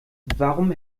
warum